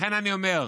ולכן אני אומר,